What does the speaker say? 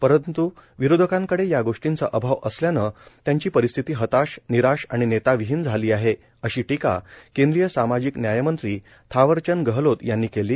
परंत् विरोधकांकडे या गोष्टींचा अभाव असल्यान त्यांची परिस्थिती हताश निराश आणि नेताविहीन झाली आहे अशी टीका केंद्रीय सामाजिक न्यायमंत्री थावरचंद गहलोत यांनी केली